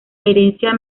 herencia